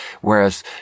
Whereas